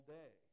day